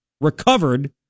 recovered